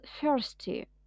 thirsty